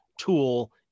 tool